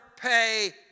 pay